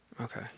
okay